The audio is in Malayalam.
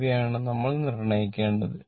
ഇവയാണ് നമ്മൾ നിർണ്ണയിക്കേണ്ടത്